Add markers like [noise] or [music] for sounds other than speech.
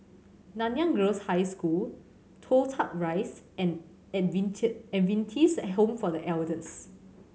Nanyang Girls' High School Toh Tuck Rise and [unintelligible] Adventist Home for The Elders